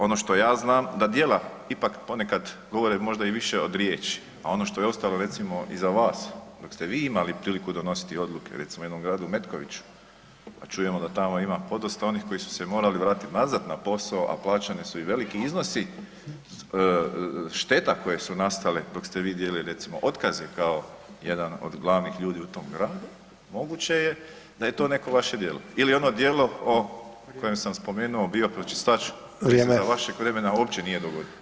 Ono što ja znam, da djela ipak ponekad govore možda i više od riječi a ono što je ostalo recimo iza vas, dok ste vi imali priliku donositi odluke recimo u jednom gradu Metkoviću, pa čujemo da tamo ima podosta onih koji su se morali vratiti nazad na posao a plaćeni su i veliki iznosi šteta koje su nastale dok ste vi dijeliti recimo otkaze kao jedan od glavnih ljudi u tom gradu, moguće je da je to neko vaše djelo ili ono djelo o kojem sam spomenuo bio, pročistač [[Upadica Sanader: Vrijeme.]] koji se za vašeg vremena uopće nije dogodio.